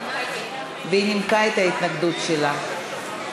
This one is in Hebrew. והיא נימקה את ההתנגדות שלה.